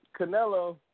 Canelo